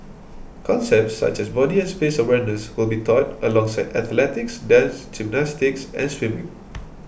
concepts such as body and space awareness will be taught alongside athletics dance gymnastics and swimming